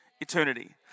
eternity